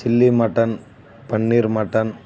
chilly mutton paneer mutton